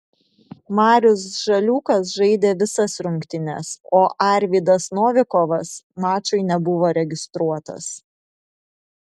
marius žaliūkas žaidė visas rungtynes o arvydas novikovas mačui nebuvo registruotas